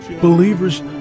Believers